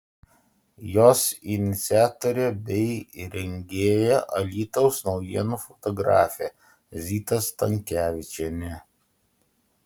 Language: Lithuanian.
jos iniciatorė bei rengėja alytaus naujienų fotografė zita stankevičienė